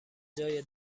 جای